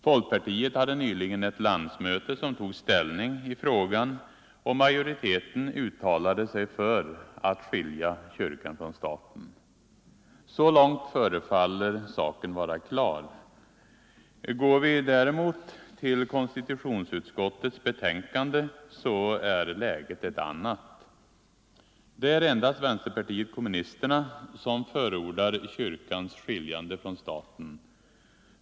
Folkpartiet hade nyligen ett landsmöte som tog ställning i frågan, och majoriteten uttalade sig för att skilja kyrkan från staten. Så långt förefaller saken vara klar. Går vi däremot till konstitutionsutskottets betänkande så är läget ett annat. Det är endast vänsterpartiet kommunisterna som förordar kyrkans skiljande från staten.